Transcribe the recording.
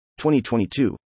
2022